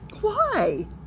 Why